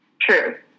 true